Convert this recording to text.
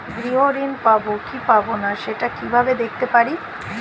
গৃহ ঋণ পাবো কি পাবো না সেটা কিভাবে দেখতে পারি?